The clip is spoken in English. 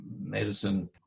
medicine